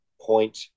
point